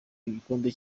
igikombe